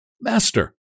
Master